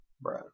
Bro